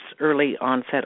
early-onset